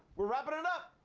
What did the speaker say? we're wrapping it up.